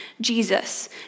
Jesus